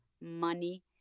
money